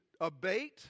abate